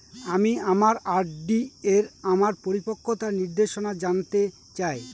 আমি আমার আর.ডি এর আমার পরিপক্কতার নির্দেশনা জানতে চাই